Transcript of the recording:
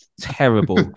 terrible